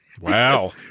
Wow